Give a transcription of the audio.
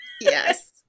Yes